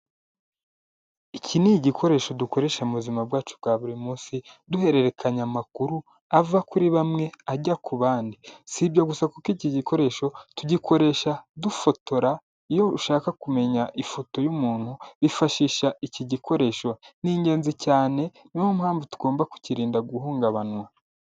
Iki ni igikoresho dukoresha mu buzima bwacu bwa buri munsi, duhererekanya amakuru ava kuri bamwe ajya ku bandi. Si ibyo gusa kuko iki gikoresho tugikoresha dufotora, iyo ushaka kumenya ifoto y'umuntu, wifashisha iki gikoresho, ni ingenzi cyane ni yo mpamvu tugomba kukirinda guhungabanywa.